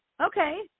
okay